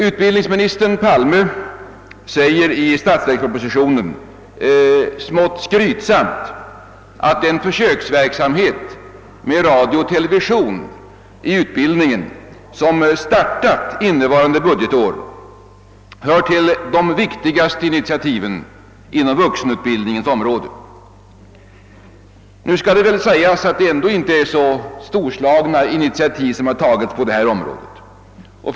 Utbildningsminister Palme säger i statsverkspropositionen smått skrytsamt att den försöksverksamhet med radio och television i utbildningen som startat innevarande budgetår hör till de viktigaste initiativen inom vuxenutbildningens område. Det är ändå inte så storslagna initiativ som tagits i detta avseende.